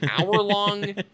hour-long